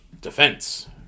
defense